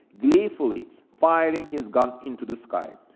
gleefully firing his gun into the sky.